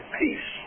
peace